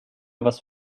was